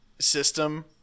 System